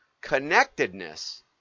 connectedness